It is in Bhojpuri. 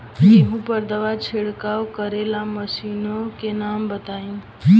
गेहूँ पर दवा छिड़काव करेवाला मशीनों के नाम बताई?